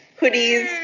hoodies